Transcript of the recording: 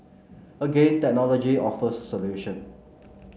again technology offers a solution